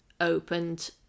opened